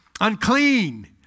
unclean